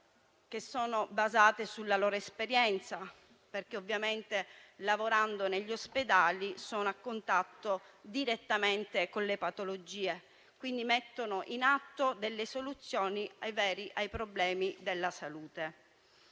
concrete basate sulla loro esperienza, perché ovviamente, lavorando negli ospedali, sono a contatto direttamente con le patologie e quindi mettono in atto delle soluzioni ai problemi di salute.